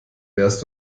wärst